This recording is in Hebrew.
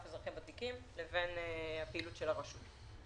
אזרחים ותיקים לבין הפעילות של הרשות.